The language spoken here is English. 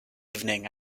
evening